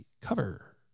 cover